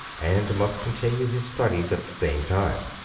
and must continue his studies at the same time.